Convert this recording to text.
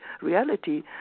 reality